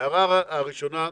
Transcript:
ההערה הראשונה,